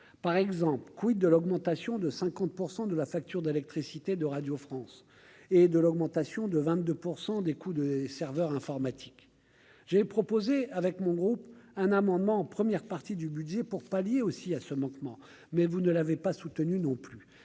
par exemple, quid de l'augmentation de 50 % de la facture d'électricité de Radio France et de l'augmentation de 22 % des coups de serveurs informatiques, j'ai proposé avec mon groupe, un amendement en première partie du budget pour pallier aussi à ce manquement mais vous ne l'avait pas soutenue non plus